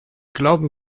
glauben